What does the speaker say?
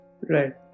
Right